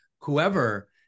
whoever